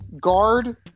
Guard